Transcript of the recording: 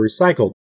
recycled